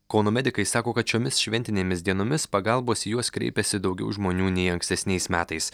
kauno medikai sako kad šiomis šventinėmis dienomis pagalbos į juos kreipėsi daugiau žmonių nei ankstesniais metais